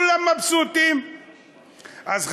אז,